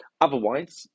Otherwise